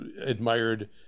admired